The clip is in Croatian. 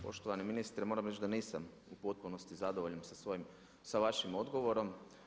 poštovani ministre moram reći da nisam u potpunosti zadovoljan sa vašim odgovorom.